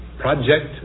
project